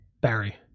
Barry